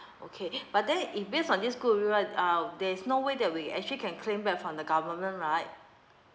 okay but then if based on this uh there's no way that we actually can claim back from the government right